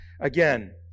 again